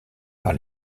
par